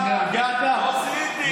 הסתכלתי בלוח, אם זה אתה.